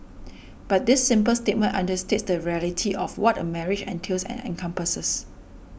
but this simple statement understates the reality of what a marriage entails and encompasses